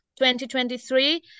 2023